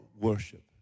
worship